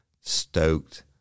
Stoked